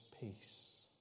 peace